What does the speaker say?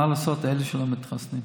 מה לעשות לאלה שלא מתחסנים.